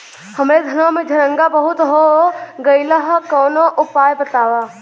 हमरे धनवा में झंरगा बहुत हो गईलह कवनो उपाय बतावा?